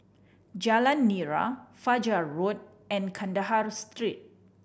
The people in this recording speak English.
Jalan Nira Fajar Road and Kandahar Street